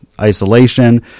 isolation